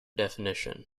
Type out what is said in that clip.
definition